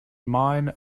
mine